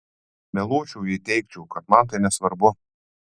meluočiau jei teigčiau kad man tai nesvarbu